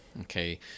Okay